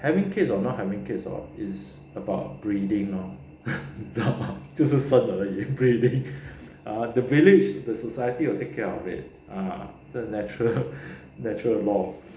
having kids or not having kids orh is about breeding lor 就是生而已 breeding the breeding is the society will take care of it ah is the natural natural law